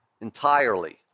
entirely